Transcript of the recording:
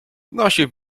nosił